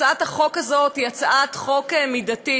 הצעת החוק הזאת היא הצעת חוק מידתית,